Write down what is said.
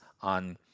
on